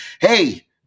hey